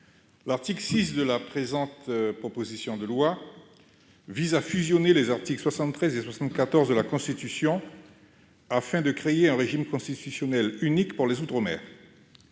L'article 6 de la présente proposition de loi vise à fusionner les articles 73 et 74 de la Constitution afin de créer un régime constitutionnel unique pour les outre-mer.